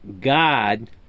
God